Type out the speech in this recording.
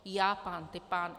Já pán ty pán.